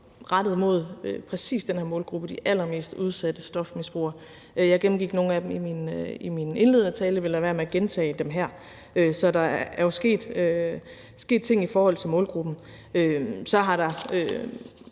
rettet mod præcis den her målgruppe, de allermest udsatte stofmisbrugere. Jeg gennemgik nogle af dem i min indledende tale og vil lade være med at gentage dem her. Så der er jo sket ting i forhold til målgruppen. Så har der